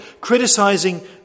criticising